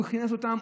הוא הכניס אותם,